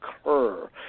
occur